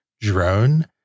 drone